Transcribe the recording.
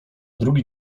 drugi